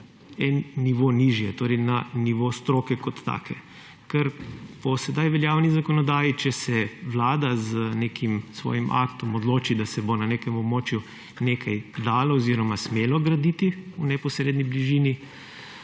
en nivo nižje, torej na nivo stroke kot take. Ker po sedaj veljavni zakonodaji, če se Vlada z nekim svojim aktom odloči, da se bo na nekem območju nekaj dalo oziroma smelo graditi v neposredni bližini